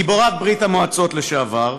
גיבורת ברית המועצות לשעבר,